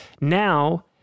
now